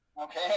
Okay